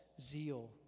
zeal